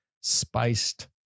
Spiced